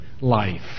life